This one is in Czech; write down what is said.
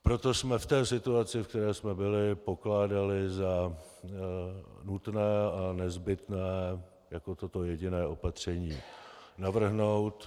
Proto jsme v té situaci, v které jsme byli, pokládali za nutné a nezbytné jako jediné toto opatření navrhnout.